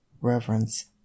reverence